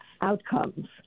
outcomes